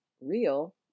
real